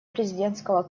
президентского